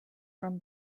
from